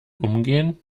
umgehen